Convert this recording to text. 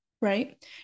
right